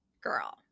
Girl